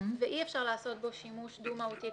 ואי אפשר לעשות בו שימוש דו-מהותי,